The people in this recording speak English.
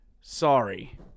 sorry